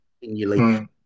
continually